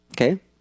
Okay